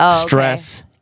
stress